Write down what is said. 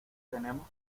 tenemos